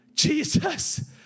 Jesus